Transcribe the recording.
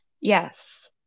Yes